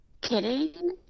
kidding